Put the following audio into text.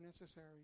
necessary